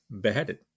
beheaded